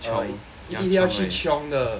err 一定要去 chiong 的